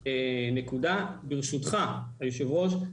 ברשותך היושב ראש,